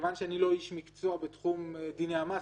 מכיוון שאני לא איש מקצוע בתחום דיני המס,